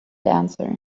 answer